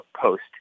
post